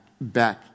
back